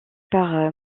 par